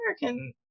American